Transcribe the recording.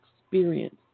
experience